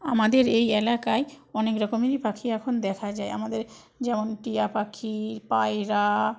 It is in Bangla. আমাদের এই এলাকায় অনেক রকমেরই পাখি এখন দেখা যায় আমাদের যেমন টিয়া পাখি পায়রা